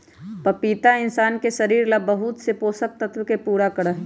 पपीता इंशान के शरीर ला बहुत से पोषक तत्व के पूरा करा हई